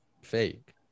fake